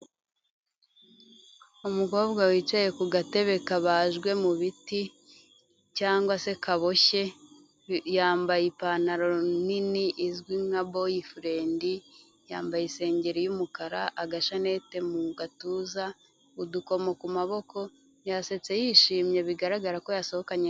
Umukobwa wicaye ku gatebe kabajwe mu biti cyangwa se kaboshye yambaye ipantaro nini izwi nka boyfriend, yambaye isengeri y'umukara, agashanete mu gatuza, udukomo ku maboko yasetse yishimye bigaragara ko yasohokanye...